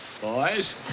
boys